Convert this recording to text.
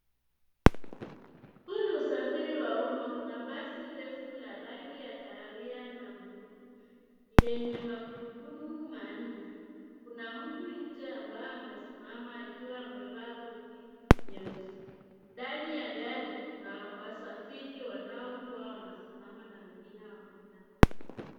Huu usafiri wa umma kuna basi refu la rangi ya kahawia na bluu. Yenye magurudumu manne. Kuna mtu nje ambaye amesimama akiwa amevaa koti nyeusi. Ndani ya gari kuna wasafiri wanao kuwa wanasimama na wengina wamekaa.